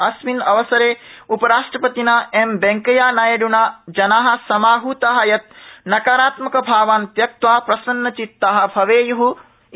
अस्मिन अवसरे उपराष्ट्रपतिना एम वेंकैया नायड्रना जनासमाहता यत प्रसकारात्मक भावान्त्यक्त्वा प्रसन्नचिता भवेय् इति